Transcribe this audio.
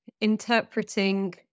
interpreting